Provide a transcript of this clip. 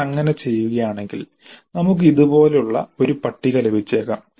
നിങ്ങൾ അങ്ങനെ ചെയ്യുകയാണെങ്കിൽ നമുക്ക് ഇതുപോലുള്ള ഒരു പട്ടിക ലഭിച്ചേക്കാം